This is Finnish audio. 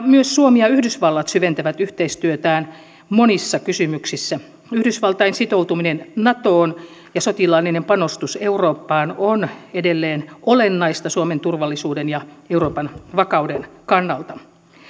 myös suomi ja yhdysvallat syventävät yhteistyötään monissa kysymyksissä yhdysvaltain sitoutuminen natoon ja sotilaallinen panostus eurooppaan on edelleen olennaista suomen turvallisuuden ja euroopan vakauden kannalta